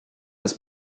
des